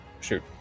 shoot